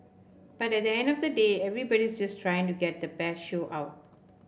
but at the end of the day everybody's just trying to get the best show out